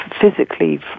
physically